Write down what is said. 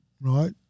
right